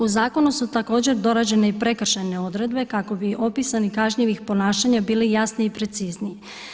U zakonu su također dorađene i prekršajne odredbe kako bi opisi kažnjivih ponašanja bili jasniji i precizniji.